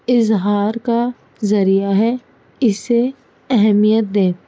اظہار کا ذریعہ ہے اسے اہمیت دیں